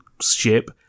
ship